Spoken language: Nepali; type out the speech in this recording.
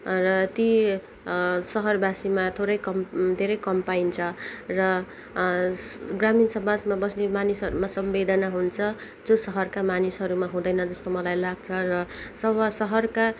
र ति सहरवासीमा थोरै कम धेरै कम पाइन्छ र ग्रामिण समाजमा बस्ने मानिसमा सम्वेदना हुन्छ जो शहरको मानिसहरूमा हुँदैन जस्तो मलाई लाग्छ र सभा सहरका